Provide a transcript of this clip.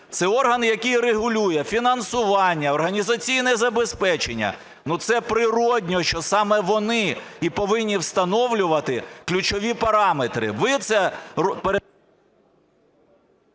це орган, який регулює фінансування, організаційне забезпечення, це природньо, що саме вони і повинні встановлювати ключові параметри.